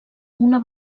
una